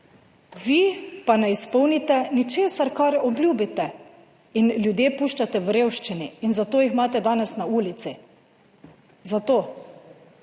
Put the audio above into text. vi pa ne izpolnite ničesar kar obljubite in ljudje puščate v revščini in zato jih imate danes na ulici, zato,